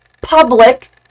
public